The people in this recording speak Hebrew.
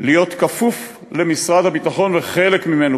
להיות כפוף למשרד הביטחון וחלק ממנו.